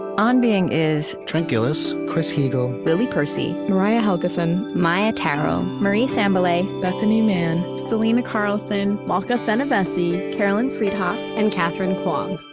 on being is trent gilliss, chris heagle, lily percy, mariah helgeson, maia tarrell, marie sambilay, bethanie mann, selena carlson, malka fenyvesi, carolyn friedhoff, and katherine kwong